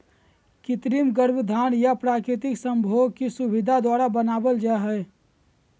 कृत्रिम गर्भाधान या प्राकृतिक संभोग की सुविधा द्वारा बनाबल जा हइ